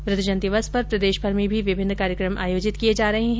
वृद्वजन दिवस पर प्रदेशभर में भी विभिन्न कार्यक्रम आयोजित किये जा रहे है